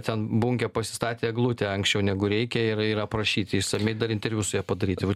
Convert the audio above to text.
ten bunkė pasistatė eglutę anksčiau negu reikia ir ir aprašyti išsamiai dar interviu su ja padaryti va